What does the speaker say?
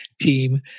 team